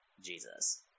Jesus